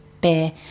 beer